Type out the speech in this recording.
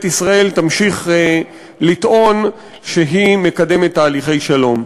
ישראל תמשיך לטעון שהיא מקדמת תהליכי שלום.